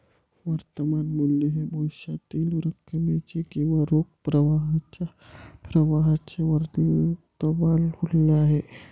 वर्तमान मूल्य हे भविष्यातील रकमेचे किंवा रोख प्रवाहाच्या प्रवाहाचे वर्तमान मूल्य आहे